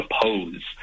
oppose